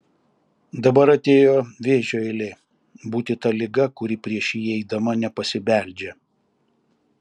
dabar atėjo vėžio eilė būti ta liga kuri prieš įeidama nepasibeldžia